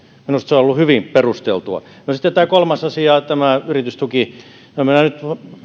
minusta se on ollut hyvin perusteltua no sitten tämä kolmas asia yritystuki en minä nyt